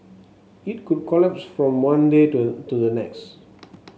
it could collapse from one day to to the next